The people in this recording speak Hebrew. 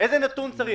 איזה נתון צריך?